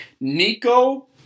Nico